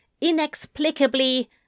inexplicably